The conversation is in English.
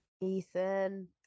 Ethan